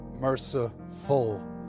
merciful